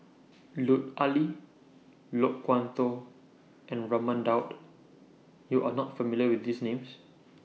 Lut Ali Loke Wan Tho and Raman Daud YOU Are not familiar with These Names